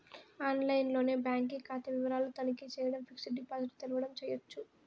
ఆన్లైన్లోనే బాంకీ కాతా వివరాలు తనఖీ చేయడం, ఫిక్సిడ్ డిపాజిట్ల తెరవడం చేయచ్చు